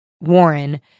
Warren